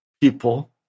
people